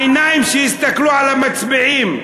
העיניים שיסתכלו על המצביעים,